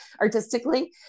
artistically